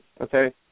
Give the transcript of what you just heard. Okay